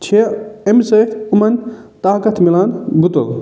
چھِ أمۍ سۭتۍ یِمَن طاقَت مِلان گُتُل